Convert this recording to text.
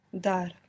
Dar